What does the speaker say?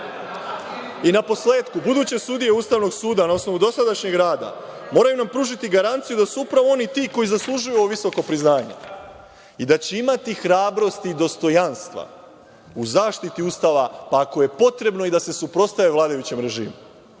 na posletku, buduće sudije Ustavnog suda, na osnovu dosadašnjeg rada, moraju nam pružiti garanciju da su upravo oni ti koji zaslužuju ovo visoko priznanje i da će imati hrabrosti i dostojanstva u zaštiti Ustava, pa ako je potrebno i da se suprotstave vladajućem režimu.